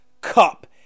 cup